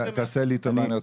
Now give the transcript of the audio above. תעשה לי טובה,